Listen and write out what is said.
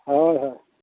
ᱦᱳᱭ ᱦᱳᱭ